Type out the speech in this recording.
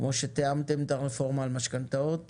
כמו שתיאמתם את הרפורמה על משכנתאות